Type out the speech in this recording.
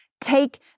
take